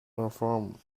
perform